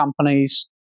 companies